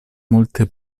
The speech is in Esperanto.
multe